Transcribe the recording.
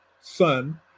son